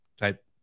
type